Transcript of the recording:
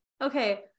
okay